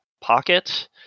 pocket